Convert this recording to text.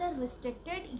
restricted